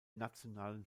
nationalen